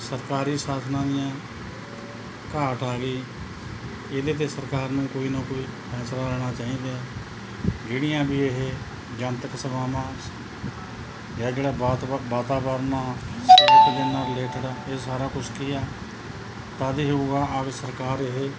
ਸਰਕਾਰੀ ਸਾਧਨਾਂ ਦੀ ਘਾਟ ਆ ਗਈ ਇਹਦੇ 'ਤੇ ਸਰਕਾਰ ਨੂੰ ਕੋਈ ਨਾ ਕੋਈ ਫੈਸਲਾ ਲੈਣਾ ਚਾਹੀਦਾ ਜਿਹੜੀਆਂ ਵੀ ਇਹ ਜਨਤਕ ਸੇਵਾਵਾਂ ਜਾਂ ਜਿਹੜਾ ਵਾਤਾਵਰਨ ਵਾਤਾਵਰਨ ਆ ਨਾਲ ਰਿਲੇਟਡ ਇਹ ਸਾਰਾ ਕੁਛ ਕੀ ਹੈ ਤਦ ਹੀ ਹੋਊਗਾ ਅਗਰ ਸਰਕਾਰ ਇਹ